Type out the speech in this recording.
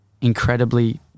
incredibly